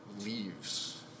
leaves